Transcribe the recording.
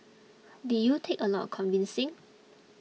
did you take a lot of convincing